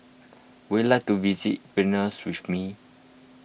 would you like to visit Vilnius with me